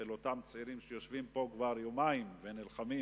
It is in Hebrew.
של אותם צעירים שיושבים פה כבר יומיים ונלחמים,